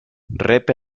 rep